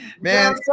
Man